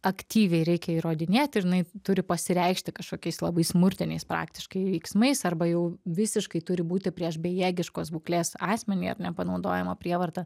aktyviai reikia įrodinėt ir jinai turi pasireikšti kažkokiais labai smurtiniais praktiškai veiksmais arba jau visiškai turi būti prieš bejėgiškos būklės asmenį ar nepanaudojamą prievartą